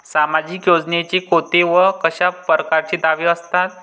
सामाजिक योजनेचे कोंते व कशा परकारचे दावे असतात?